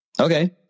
Okay